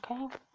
okay